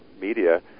media